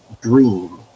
dream